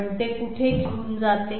पण ते कुठे घेऊन जाते